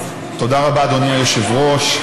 תודה רבה, אדוני היושב-ראש.